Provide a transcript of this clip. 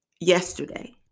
yesterday